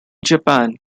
japan